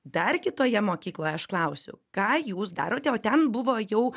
dar kitoje mokykloje aš klausiau ką jūs darote o ten buvo jau